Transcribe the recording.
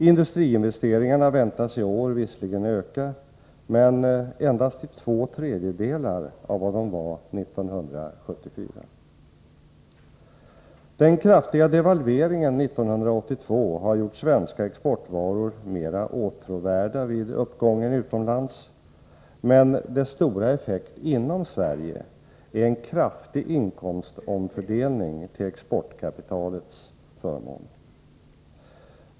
Industriinvesteringarna väntas i år visserligen öka, men endast till två tredjedelar av vad de var 1974. Den kraftiga devalveringen 1982 har gjort svenska exportvaror mera åtråvärda vid uppgången utomlands, men dess stora effekt inom Sverige är en kraftig inkomstomfördelning till exportkapitalets förmån.